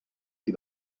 qui